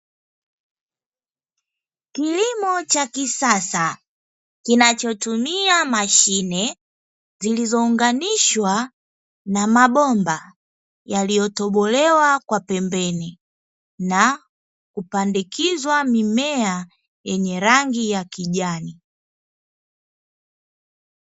Kilimo cha kisasa kinachotumika mashine zilizounganishwa na mabomba yaliyotobolewa kwa pembeni, na kupandikizwa mimea yenye rangi ya kijani.